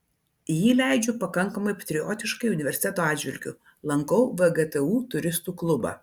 jį leidžiu pakankamai patriotiškai universiteto atžvilgiu lankau vgtu turistų klubą